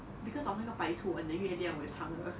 because of 那个白兔 on the 月亮 with chang er